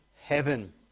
heaven